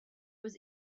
was